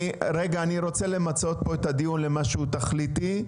אני רוצה למצות פה את הדיון למשהו תכליתי,